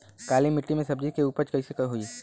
काली मिट्टी में सब्जी के उपज कइसन होई?